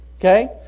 Okay